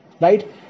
Right